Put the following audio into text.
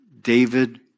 David